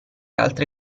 altre